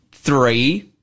Three